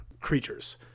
creatures